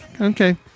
Okay